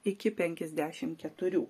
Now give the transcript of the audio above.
iki penkiasdešim keturių